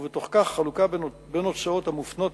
ובתוך כך חלוקה בין הוצאות המופנות